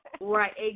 right